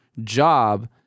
job